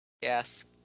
Yes